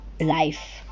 life